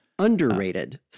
underrated